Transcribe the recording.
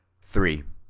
three.